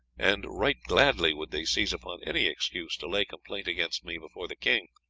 and right gladly would they seize upon any excuse to lay complaint against me before the king,